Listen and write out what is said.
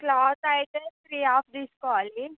cloth అయితే three half తీసుకోవాలి